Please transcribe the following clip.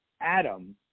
Adam